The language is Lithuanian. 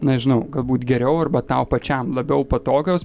nežinau galbūt geriau arba tau pačiam labiau patogios